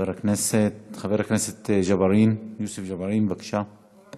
חבר הכנסת יוסף ג'בארין, בבקשה.